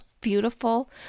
beautiful